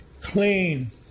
clean